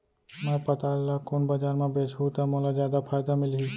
मैं पताल ल कोन बजार म बेचहुँ त मोला जादा फायदा मिलही?